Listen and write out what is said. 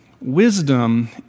Wisdom